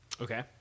Okay